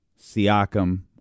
Siakam